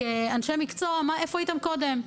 כאנשי מקצוע איפה הייתם קודם?